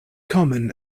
common